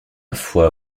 foi